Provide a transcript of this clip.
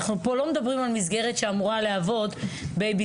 אנחנו פה לא מדברים על מסגרת שאמורה להוות בייביסיטר.